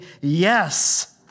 yes